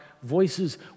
Voices